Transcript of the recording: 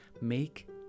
make